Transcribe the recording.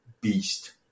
beast